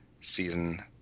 season